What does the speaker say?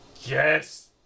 Yes